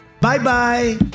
Bye-bye